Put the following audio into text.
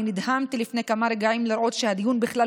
אני נדהמתי לפני כמה רגעים לראות שהדיון בכלל